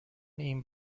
این